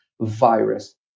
virus